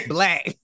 Black